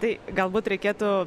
tai galbūt reikėtų